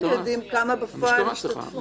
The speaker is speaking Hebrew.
הם יודעים כמה בפועל השתתפו.